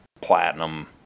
platinum